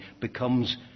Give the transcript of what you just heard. becomes